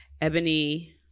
ebony